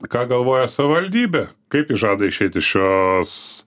ką galvoja savivaldybė kaip žada išeiti iš šios